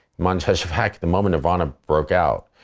montage of heck, the moment nirvana broke out,